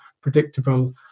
predictable